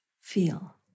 feel